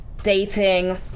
Dating